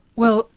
well,